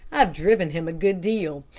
i've driven him a good deal.